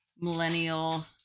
millennial